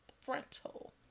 frontal